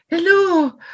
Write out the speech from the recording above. hello